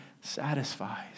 satisfies